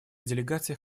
делегация